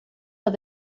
los